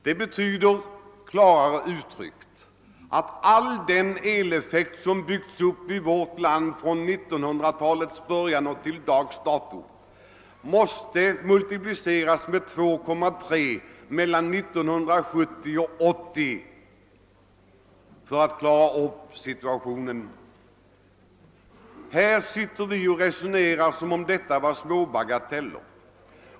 Det betyder, klarare uttryckt, att den elalstringskapacitet som byggts upp i vårt land från 1900-talets början till dags dato måste mångfaldigas 2,3 gånger mellan 1970 och 1980 för att vi skall klara upp situationen. Här sitter vi och resonerar som om detta bara vore små bagateller.